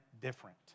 different